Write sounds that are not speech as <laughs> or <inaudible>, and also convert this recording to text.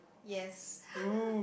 yes <laughs>